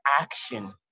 action